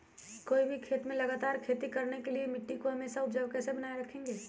कोई भी खेत में लगातार खेती करने के लिए मिट्टी को हमेसा उपजाऊ कैसे बनाय रखेंगे?